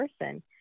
person